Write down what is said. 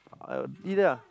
uh I'll eat that ah